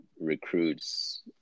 recruits